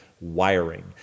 wiring